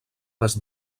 des